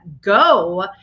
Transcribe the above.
go